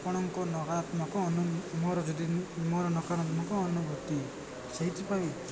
ଆପଣଙ୍କ ନକାରାତ୍ମକ ମୋର ଯଦି ମୋର ନକାରାତ୍ମକ ଅନୁଭୂତି ସେଇଥିପାଇଁ